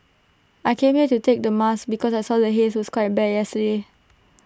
I came here to take the mask because I saw the haze was quite bad yesterday